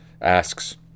asks